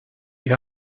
you